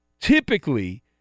Typically